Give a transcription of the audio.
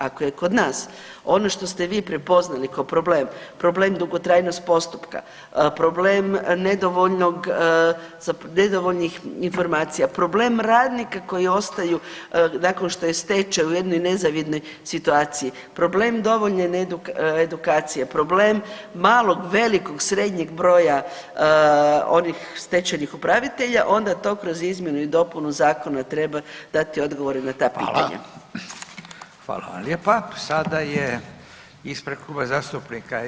Ako je kod nas, ono što ste vi prepoznali kao problem, problem dugotrajnost postupka, problem nedovoljnog, nedovoljnih informacija, problem radnika koji ostaju nakon što je stečaj u jednoj nezavidnoj situaciji, problem nedovoljne edukacije, problem malog, velikog, srednjeg broja onih stečajnih upravitelja onda to kroz izmjenu i dopunu zakona treba dati odgovore na ta pitanja.